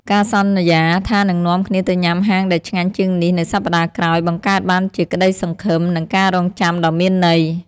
ការសន្យាថានឹងនាំគ្នាទៅញ៉ាំហាងដែលឆ្ងាញ់ជាងនេះនៅសប្ដាហ៍ក្រោយ បង្កើតបានជាក្តីសង្ឃឹម និងការរង់ចាំដ៏មានន័យ។